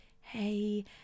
hey